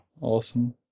Awesome